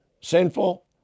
sinful